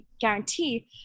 guarantee